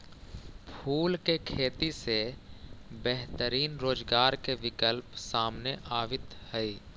फूल के खेती से बेहतरीन रोजगार के विकल्प सामने आवित हइ